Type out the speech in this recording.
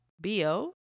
B-O